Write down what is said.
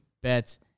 bets